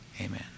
Amen